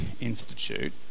Institute